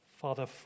Father